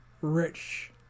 rich